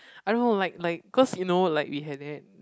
I don't know like like cause you know like we had that